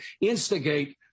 instigate